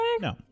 No